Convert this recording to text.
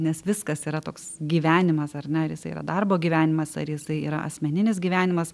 nes viskas yra toks gyvenimas ar ne ar isai darbo gyvenimas ar jisai yra asmeninis gyvenimas